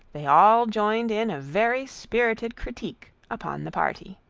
they all joined in a very spirited critique upon the party.